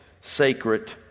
sacred